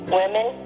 women